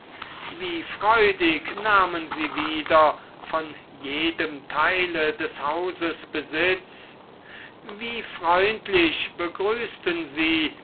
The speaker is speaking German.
wie freudig nahmen sie wieder von jedem teile des hauses besitz wie freundlich begrüßten sie